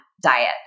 diet